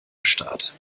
start